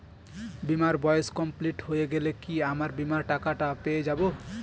বীমার বয়স কমপ্লিট হয়ে গেলে কি আমার বীমার টাকা টা পেয়ে যাবো?